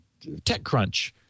TechCrunch